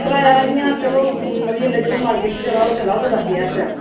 कराया इ'यां चलो मतलब ऐल्लै जो मार्किट च चला ओह् चला कोई दस हज़ार रपेआ